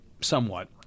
somewhat